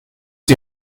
die